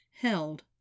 held